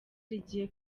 rigiye